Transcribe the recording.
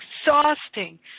exhausting